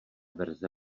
verze